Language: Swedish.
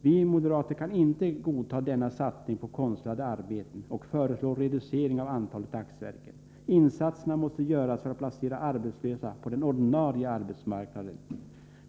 Vi moderater kan inte godta denna satsning på konstlade arbeten och föreslår reducering av antalet dagsverken. Insatserna måste göras för att placera arbetslösa på den ordinarie arbetsmarknaden.